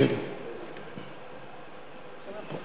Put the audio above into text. חבר הכנסת